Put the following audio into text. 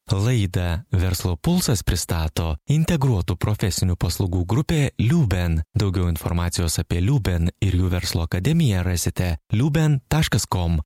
laidą verslo pulsas pristato integruotų profesinių paslaugų grupė liuben daugiau informacijos apie liuben ir jų verslo akademiją rasite liuben taškas kom